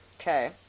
Okay